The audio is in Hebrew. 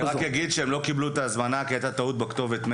הם לא קיבלו את ההזמנה כי היתה טעות במייל.